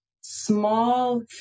small